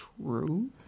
true